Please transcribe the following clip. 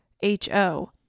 H-O